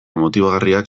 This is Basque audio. motibagarriak